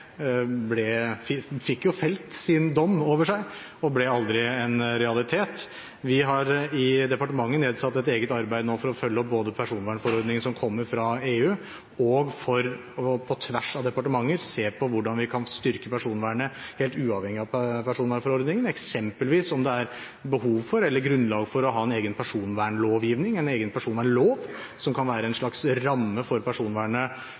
fikk jo felt sin dom over seg og ble aldri en realitet. Vi har nå i departementet nedsatt et eget arbeid både for å følge opp personvernforordningen, som kommer fra EU, og for å – på tvers av departementer – se på hvordan vi kan styrke personvernet, helt uavhengig av personvernforordningen, eksempelvis om det er behov for, eller grunnlag for, å ha en egen personvernlovgivning eller en egen personvernlov som kan være en slags ramme rundt personvernet